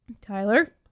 Tyler